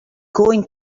going